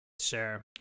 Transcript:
Sure